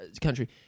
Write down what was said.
Country